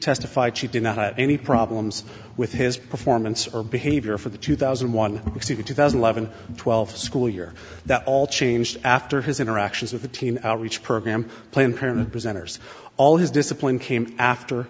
testified she did not have any problems with his performance or behavior for the two thousand and one or two thousand and twelve school year that all changed after his interactions with the teen outreach program planned parenthood presenters all his discipline came after